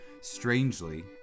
strangely